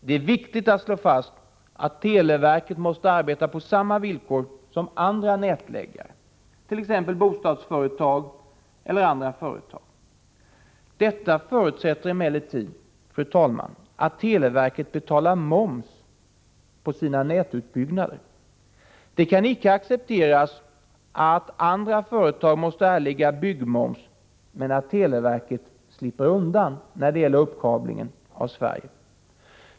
Det är viktigt att slå fast att televerket måste arbeta på samma villkor som andra nätläggare, t.ex. bostadsföretag eller andra företag. Detta förutsätter emellertid, fru talman, att televerket betalar moms på sina nätutbyggnader. Det kan icke accepteras att andra företag måste erlägga byggmoms men att televerket slipper undan vid uppkablingen av Sverige.